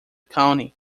county